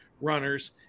runners